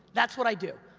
that's what i do.